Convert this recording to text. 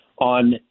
on